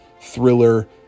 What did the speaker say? thriller